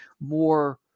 more